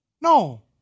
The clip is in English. No